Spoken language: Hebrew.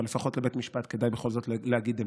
אבל לפחות לבית משפט כדאי בכל זאת להגיד אמת,